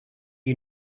you